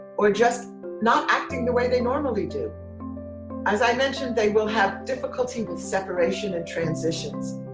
or just not acting the way they normally do as i mentioned they will have difficulty with separation and transitions.